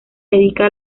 dedica